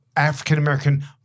African-American